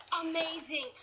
Amazing